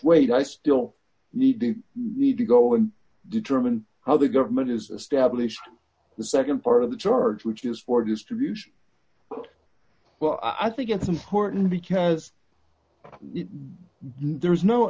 weight i still need the need to go and determine how the government is established the nd part of the charge which is for distribution well i think it's important because there's no